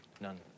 None